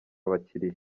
abakiliya